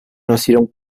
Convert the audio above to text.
nacieron